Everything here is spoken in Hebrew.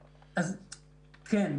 כן,